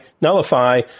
nullify